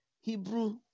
Hebrew